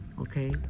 okay